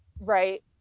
Right